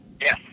Yes